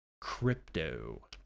crypto